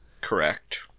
Correct